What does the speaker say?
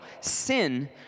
Sin